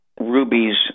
Ruby's